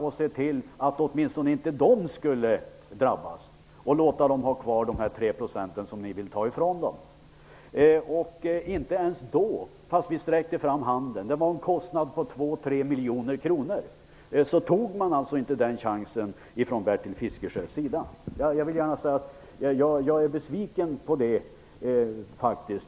Vi ville låta dem behålla de 3 % av driftsstödet som ni vill ta ifrån dem. Det skulle medföra en kostnad på 2--3 miljoner kronor. Bertil Fiskesjö tog inte den chansen. Jag är faktiskt besviken.